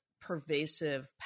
pervasive